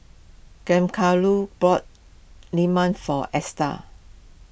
Giancarlo bought Lemang for Esta